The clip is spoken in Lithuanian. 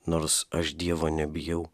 nors aš dievo nebijau